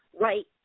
right